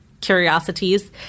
curiosities